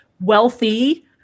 wealthy